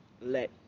let